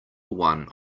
one